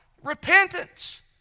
repentance